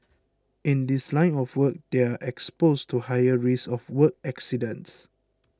in this line of work they are exposed to higher risk of work accidents